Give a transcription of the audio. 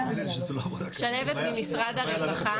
שלהבת ממשרד הרווחה.